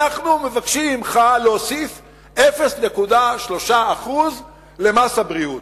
אנחנו מבקשים ממך להוסיף 0.3% למס הבריאות.